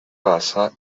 passa